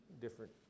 different